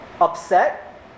upset